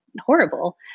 horrible